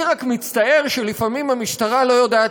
אני רק מצטער שלפעמים המשטרה לא יודעת